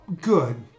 good